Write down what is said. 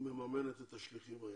מממנת את השליחים האלה,